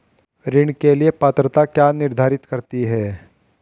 ऋण के लिए पात्रता क्या निर्धारित करती है?